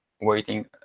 waiting